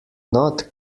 not